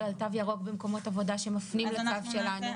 על תו ירוק במקומות עבודה שמפנים לתו שלנו?